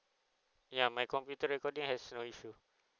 ya my computer recording has no issue